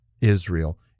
israel